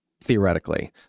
theoretically